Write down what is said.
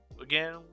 again